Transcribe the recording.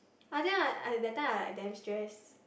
I think like I that time I like damn stress